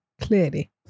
clearly